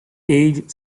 edge